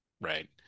right